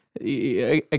again